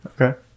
Okay